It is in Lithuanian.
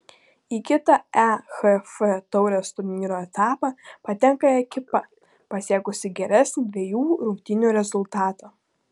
į kitą ehf taurės turnyro etapą patenka ekipa pasiekusi geresnį dviejų rungtynių rezultatą